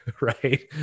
Right